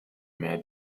mehr